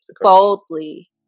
boldly